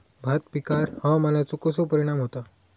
भात पिकांर हवामानाचो कसो परिणाम होता?